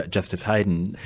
justice hayden,